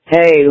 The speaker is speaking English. Hey